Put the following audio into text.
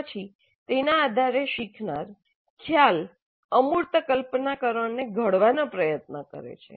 પછી તેના આધારે શીખનાર ખ્યાલ અમૂર્ત કલ્પનાકરણને ઘડવાનો પ્રયત્ન કરે છે